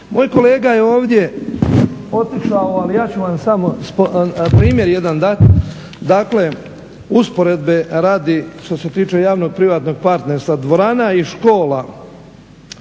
Moj kolega je ovdje otišao, ali ja ću vam samo primjer jedan dati, dakle usporedbe radi što se tiče javno-privatnog partnerstva. Dvorana i škola